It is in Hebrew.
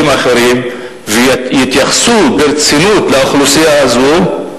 אחרים ויתייחסו ברצינות לאוכלוסייה הזאת,